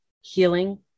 healing